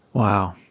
wow,